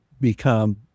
become